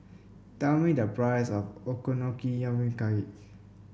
tell me the price of Okonomiyaki